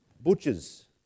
Butchers